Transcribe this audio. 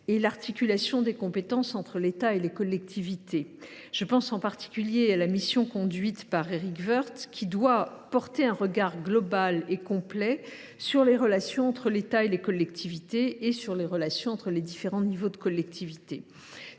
et l’articulation des compétences entre l’État et les collectivités. Je pense en particulier à la mission conduite par Éric Woerth, qui doit porter un regard global et complet sur les relations entre l’État et les collectivités et sur les relations entre les différents niveaux de collectivités.